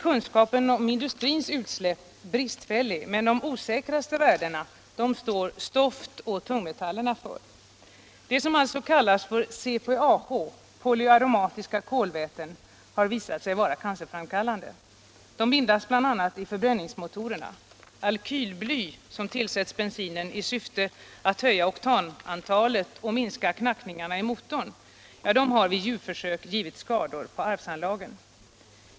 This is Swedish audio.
Kunskapen om industrins utsläpp är bristfällig, men de osäkraste värdena står stoft och tungmetaller för. Det som här kallas för CPAH, polyaromatiska kolväten, har visat sig vara cancerframkallande. De bildas bl.a. i förbränningsmotorerna. Alkylbly, som tillsätts i bensinen i syfte att höja oktantalet och minska knackningarna i motorn, har vid djurförsök givit skador på arvsanlagen.